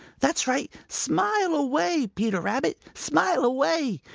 that's right! smile away, peter rabbit. smile away!